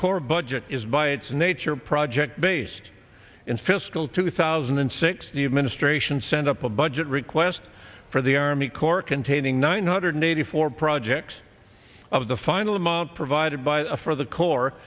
corps budget is by its nature project based in fiscal two thousand and six the administration sent up a budget request for the army corps containing one hundred eighty four projects of the final amount provided by for the cor